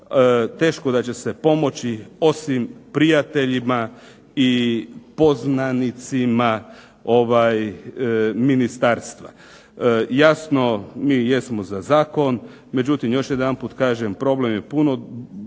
Teško da će se pomoći osim prijateljima i poznanicima ministarstva. Jasno mi jesmo za zakon, međutim još jedanput kažem problem je puno